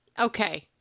okay